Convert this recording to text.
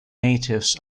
natives